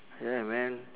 yeah man